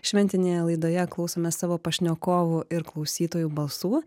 šventinėje laidoje klausomės savo pašnekovų ir klausytojų balsų